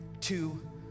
two